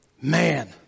Man